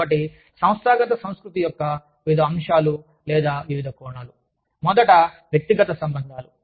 కాబట్టి సంస్థాగత సంస్కృతి యొక్క వివిధ అంశాలు లేదా వివిధ కోణాలు మొదట వ్యక్తిగత సంబంధాలు